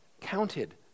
counted